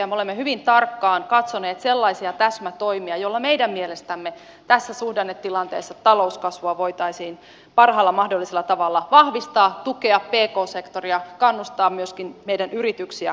me olemme hyvin tarkkaan katsoneet sellaisia täsmätoimia joilla meidän mielestämme tässä suhdannetilanteessa talouskasvua voitaisiin parhaalla mahdollisella tavalla vahvistaa tukea pk sektoria kannustaa myöskin meidän yrityksiämme kasvamaan